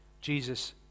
Jesus